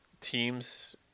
teams